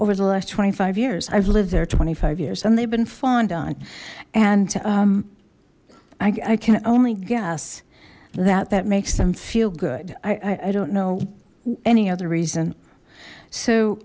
over the last twenty five years i've lived there twenty five years and they've been fond on and i can only guess that that makes them feel good i i don't know any other reason so